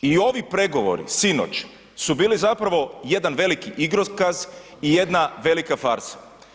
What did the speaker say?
I ovi pregovori sinoć su bili zapravo jedan veliki igrokaz i jedna velika farsa.